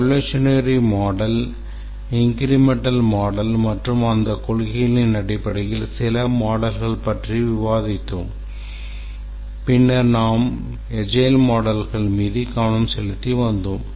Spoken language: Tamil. எவொலுஷனரி மாடல் இன்கிரிமெண்டல் மாடல் மற்றும் அந்தக் கொள்கைகளின் அடிப்படையில் சில மாடல்கள் பற்றி விவாதிக்கிறோம் பின்னர் நாங்கள் எஜைல் மாடல்கள் மீது கவனம் செலுத்தி வந்தோம்